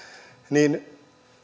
niin